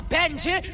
Benji